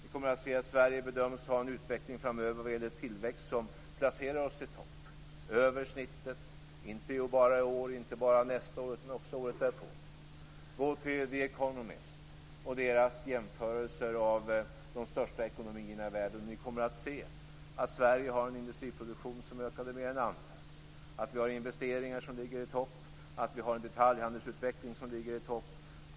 Ni kommer att se att Sverige bedöms ha en utveckling framöver vad gäller tillväxt som placerar oss i topp, över snittet, inte bara i år och nästa år utan även året därpå. Gå till The Economist och dess jämförelser av de största ekonomierna i världen, och ni kommer att se att Sverige har en industriproduktion som ökar mer än andras, att vi har investeringar som ligger i topp och att vi har en detaljhandelsutveckling som ligger i topp.